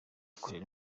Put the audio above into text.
kurera